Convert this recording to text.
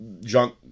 junk